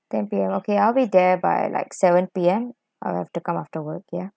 ten P_M okay I'll be there by like seven P_M I'll have to come after work ya